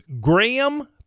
Graham